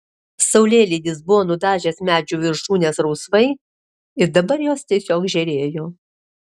saulėlydis buvo nudažęs medžių viršūnes rausvai ir dabar jos tiesiog žėrėjo